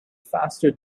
faster